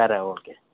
సరే ఓకే